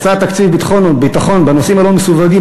הצעת תקציב ביטחון בנושאים הלא-מסווגים,